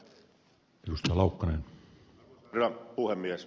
arvoisa herra puhemies